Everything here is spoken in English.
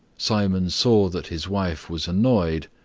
simon saw that his wife was annoyed,